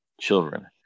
children